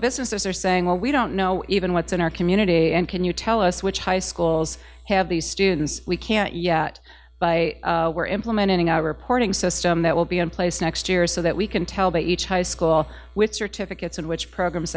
businesses are saying well we don't know even what's in our community and can you tell us which high schools have these students we can't yet by we're implementing our reporting system that will be in place next year so that we can tell by each high school which certificates in which programs